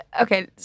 Okay